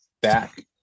back